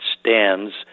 stands